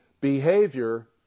behavior